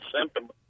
symptom